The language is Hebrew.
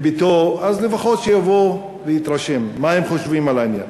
אז לפחות שיבוא ויתרשם מה הם חושבים על העניין.